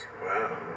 wow